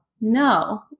no